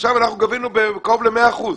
עכשיו גבינו קרוב למאה אחוזים.